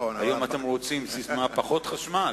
היום אתם רוצים ססמה: פחות חשמל,